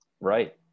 Right